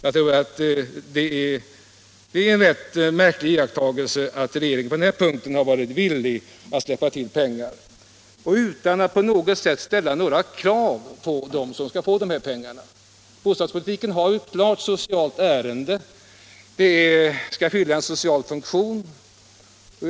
Det är en rätt märklig iakttagelse att regeringen på denna punkt varit villig att släppa till pengar och gjort det utan att ställa några krav på dem som skall få pengarna. Bostadspolitiken har ju ett klart socialt ärende. Bostaden skall fylla en social funktion.